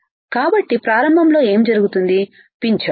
కాబట్టి ప్రారంభంలో ఏమి జరుగుతుంది పించ్ ఆఫ్